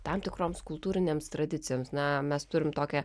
tam tikroms kultūrinėms tradicijoms na mes turim tokią